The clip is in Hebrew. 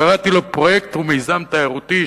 קראתי לו פרויקט או מיזם תיירותי,